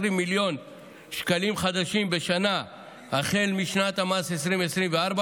מיליון שקלים חדשים בשנה החל משנת המס 2024,